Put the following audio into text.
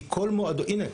הנה,